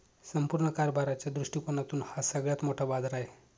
संपूर्ण कारभाराच्या दृष्टिकोनातून हा सगळ्यात मोठा बाजार आहे